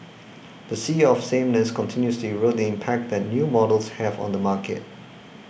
the sea of sameness continues to erode the impact that new models have on the market